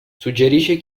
suggerisce